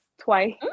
twice